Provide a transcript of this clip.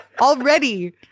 already